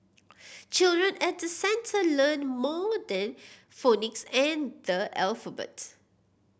children at the centre learn more than phonics and the alphabet